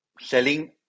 selling